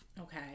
Okay